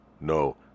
No